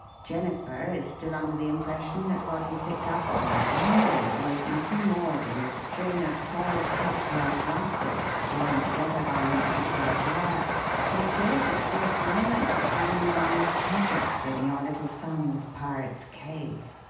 jennifer is still under the impression that what he picked up on that landing was nothing more than the string of twelve cut-glass lustres joined together by links of brass wire which is at this moment hanging among the treasures in your little son's pirates' cave.